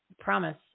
promise